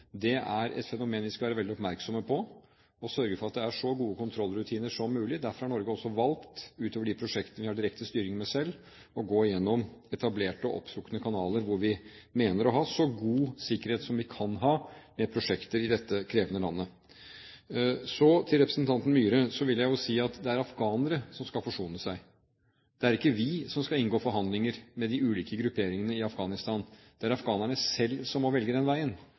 Det er et fenomen vi skal være veldig oppmerksomme på, og sørge for at det er så gode kontrollrutiner som mulig. Derfor har Norge også valgt, utover de prosjektene vi har direkte styring med selv, å gå gjennom etablerte og opptrukne kanaler hvor vi mener å ha så god sikkerhet vi kan ha ved prosjekter i dette krevende landet. Til representanten Myhre vil jeg si at det er afghanerne som skal forsone seg. Det er ikke vi som skal inngå forhandlinger med de ulike grupperingene i Afghanistan. Det er afghanerne selv som må velge den veien.